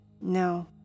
no